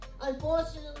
Unfortunately